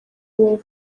wowe